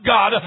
God